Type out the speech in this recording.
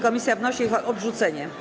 Komisja wnosi o ich odrzucenie.